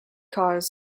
cause